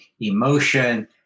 emotion